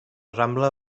rambla